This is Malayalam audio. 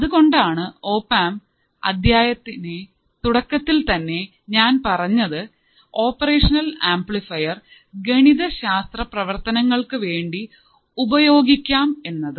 അത് കൊണ്ടാണ് ഓപ്ആംപ് അധ്യായത്തിന്റെ തുടക്കത്തിൽത്തന്നെ ഞാൻ പറഞ്ഞത് ഓപ്പറേഷനൽ ആംപ്ലിഫയർ ഗണിതശാസ്ത്ര പ്രവർത്തനങ്ങൾക്ക് വേണ്ടി ഉപയോഗിക്കാം എന്നത്